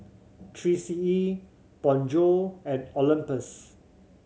Three C E Bonjour and Olympus